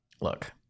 look